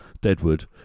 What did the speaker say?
Deadwood